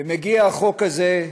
ומגיע החוק הזה,